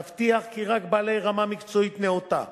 תבטיח כי רק בעלי רמה מקצועית נאותה,